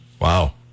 Wow